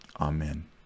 Amen